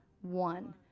One